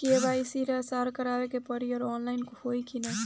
KYC हर साल करवावे के पड़ी और ऑनलाइन होई की ना?